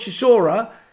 Chisora